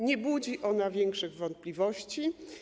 Nie budzi ona większych wątpliwości.